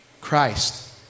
Christ